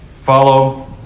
Follow